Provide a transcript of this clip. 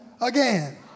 again